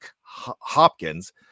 Hopkins